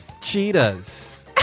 cheetahs